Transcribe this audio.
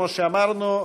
כמו שאמרנו,